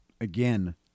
Again